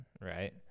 right